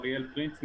אריאל פרינץ,